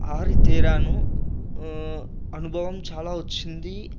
ఆరితేరాను అనుభవం చాలా వచ్చింది